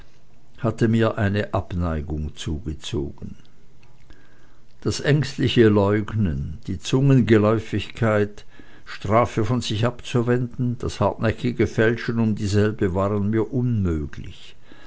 hatte mir seine abneigung zugezogen das ängstliche leugnen die zungengeläufigkeit strafe von sich abzuwenden das hartnäckige feilschen um dieselbe waren mir unmöglich